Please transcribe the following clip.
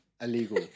illegal